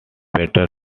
peter